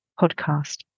podcast